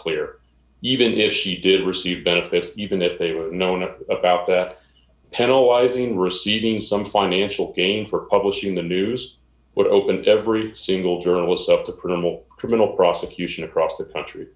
clear even if she did receive benefits even if they were known about that penalize in receiving some financial gain for publishing the news but opened every single journalist up to promote criminal prosecution across the country